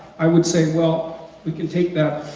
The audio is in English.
i would say well, we can take that,